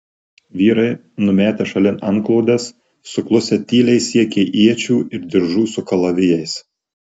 vyrai numetę šalin antklodes suklusę tyliai siekė iečių ir diržų su kalavijais